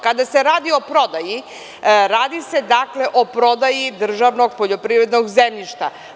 Kada se radi o prodaji, radi se o prodaji državnog poljoprivrednog zemljišta.